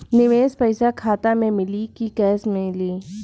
निवेश पइसा खाता में मिली कि कैश मिली?